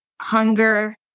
hunger